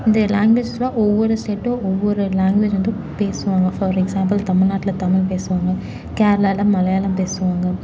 entire லேங்வேஜஸ்லாம் ஒவ்வொரு ஸ்டேட்டும் ஒவ்வொரு லேங்வேஜ் வந்து பேசுவாங்க ஃபார் எக்ஸாம்பில் தமிழ்நாட்டில் தமிழ் பேசுவாங்க கேரளால மலையாளம் பேசுவாங்க